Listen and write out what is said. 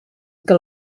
que